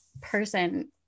person